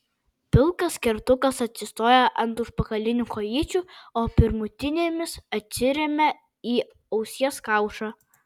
pilkas kertukas atsistoja ant užpakalinių kojyčių o pirmutinėmis atsiremia į ausies kaušą